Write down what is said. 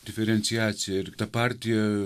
diferenciacija ir ta partija